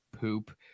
poop